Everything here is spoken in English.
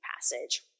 passage